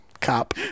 Cop